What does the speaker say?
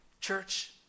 Church